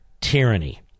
tyranny